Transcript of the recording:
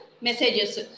messages